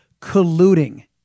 colluding